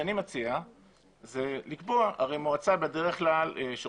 זה לקוח כמו כל הלקוחות.